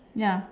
ya